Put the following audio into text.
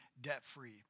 debt-free